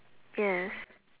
yes